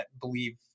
believe